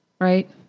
right